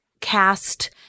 cast